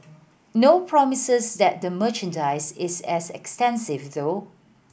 no promises that the merchandise is as extensive though